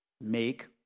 Make